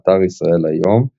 באתר ישראל היום,